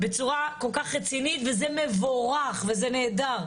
בצורה כל כך רצינית וזה מבורך וזה נהדר,